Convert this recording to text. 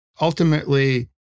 ultimately